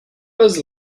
was